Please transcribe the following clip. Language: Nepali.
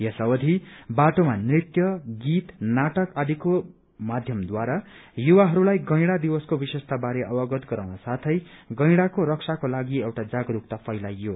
यस दौरान बाटोमा नृत्य गीत नाटक आदिको माध्यमद्वारा युवाहरूलाई गैड़ा दिवसको विशेषता बारे अवगत गराउन साथै गैड़ाको रक्षाको लागि एउटा जागरूकता फैल्याइयो